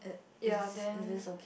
ya then